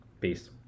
peace